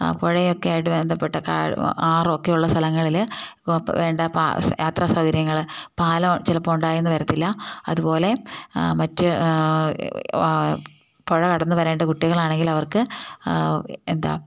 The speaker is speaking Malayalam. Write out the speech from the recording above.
പുഴയൊക്കെ ആയിട്ട് ബന്ധപ്പെട്ട ആറൊക്കെയുള്ള സ്ഥലങ്ങളിൽ വേണ്ട യാത്രാ സൗകര്യങ്ങൾ പാലം ചിലപ്പോൾ ഉണ്ടായെന്ന് വരത്തില്ല അതുപോലെ മറ്റ് ആ പുഴ കടന്നു വരേണ്ട കുട്ടികളാണെങ്കിൽ അവർക്ക് എന്താണ്